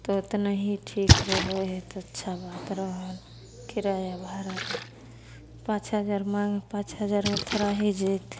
तऽ ओतने ही ठीक रहै हइ तऽ अच्छा बात रहल किराया भाड़ाके पाँच हजार माँग पाँच हजारमे थोड़ा ही जएतै